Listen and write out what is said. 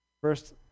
First